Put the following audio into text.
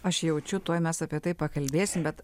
aš jaučiu tuoj mes apie tai pakalbėsim bet